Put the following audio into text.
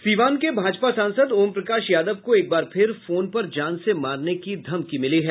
सीवान के भाजपा सांसद ओम प्रकाश यादव को एक बार फिर फोन पर जान से मारने की धमकी मिली है